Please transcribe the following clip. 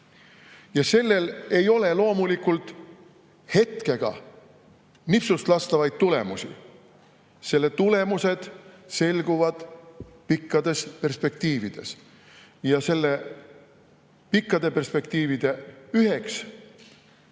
Sellel ei ole loomulikult hetkega, nipsust tulemusi. Selle tulemused selguvad pikkades perspektiivides ja nende pikkade perspektiivide üheks